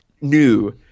New